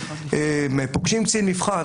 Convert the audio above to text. הם פוגשים קצין מבחן,